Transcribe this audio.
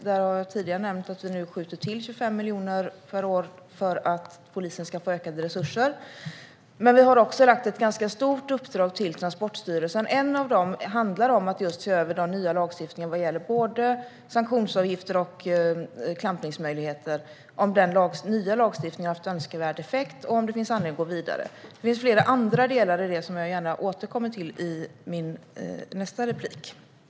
Jag nämnde tidigare att vi nu skjuter till 25 miljoner per år för att polisen ska få ökade resurser. Men vi har också gett Transportstyrelsen ett ganska stort uppdrag. Det handlar bland annat om att se över den nya lagstiftningen när det gäller både sanktionsavgifter och klampningsmöjligheter, om den nya lagstiftningen har haft önskad effekt eller om det finns anledning att gå vidare. Det finns flera andra delar i det som jag gärna återkommer till i min nästa replik.